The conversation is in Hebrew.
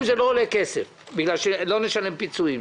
שזה לא עולה כסף בגלל שלא נשלם פיצויים,